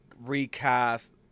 recast